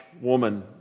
woman